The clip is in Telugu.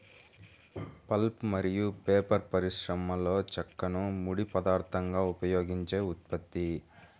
పల్ప్ మరియు పేపర్ పరిశ్రమలోచెక్కను ముడి పదార్థంగా ఉపయోగించే ఉత్పత్తి